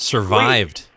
Survived